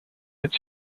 its